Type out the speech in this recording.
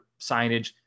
signage